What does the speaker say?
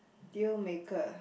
deal maker